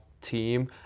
team